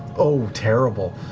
oh, terrible,